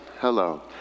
Hello